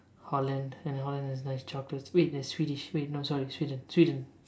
Holland and Holland has nice chocolates wait that's Swedish wait no sorry Sweden Sweden